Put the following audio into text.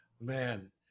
Man